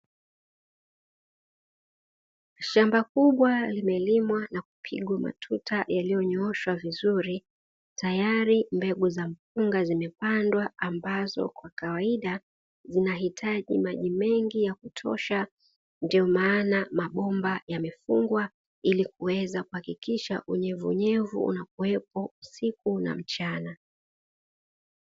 Shamba kubwa limelimwa na kupigwa matuta yaliyonyooshwa vizuri tayari mbegu za mpunga zimepandwa ambazo kwa kawaida zinahitaji maji mengi ya kutosha ndio maana mabomba yamefungwa ili kuweza kuhakikisha unyevunyevu unakuwepo usiku na mchana.